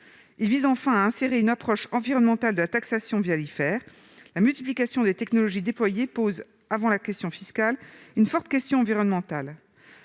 Il vise enfin à insérer une approche environnementale de la taxation l'IFER. La multiplication des technologies déployées pose, avant la question fiscale, un problème environnemental.